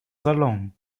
salon